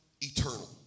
eternal